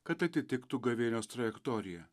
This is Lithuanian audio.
kad atitiktų gavėnios trajektoriją